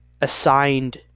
assigned